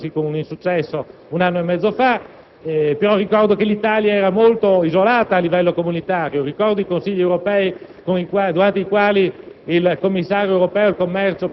per le trattative, purtroppo conclusesi con un insuccesso, un anno e mezzo fa. Ricordo che allora l'Italia era molto isolata a livello comunitario. Ricordo i Consigli europei durante i quali